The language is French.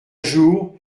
jour